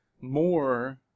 more